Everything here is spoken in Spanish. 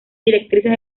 directrices